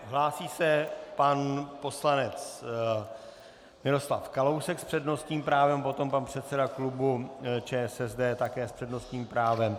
Hlásí se pan poslanec Miroslav Kalousek s přednostním právem, potom pan předseda klubu ČSSD také s přednostním právem.